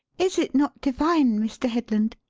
is it not divine, mr. headland?